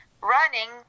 running